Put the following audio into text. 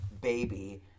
baby